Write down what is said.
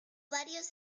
varios